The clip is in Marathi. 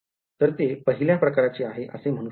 तर हे पहिल्या प्रकारचे आहे असे म्हणू शकतो